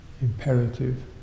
imperative